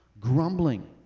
grumbling